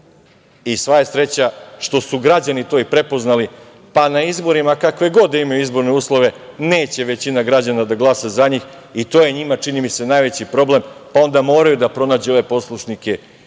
i sva je sreća što su građani to prepoznali, pa na izborima, kakve god da imaju izborne uslove, neće većina građana da glasa za njih i to je njima čini mi se najveći problem, pa onda moraju da pronađu ove poslušnike